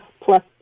plus